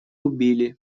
убили